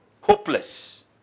hopeless